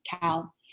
Cal